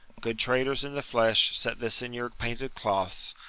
good traders in the flesh, set this in your painted cloths.